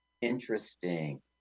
Interesting